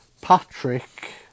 Patrick